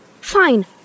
Fine